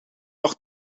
nog